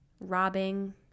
robbing